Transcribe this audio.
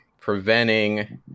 preventing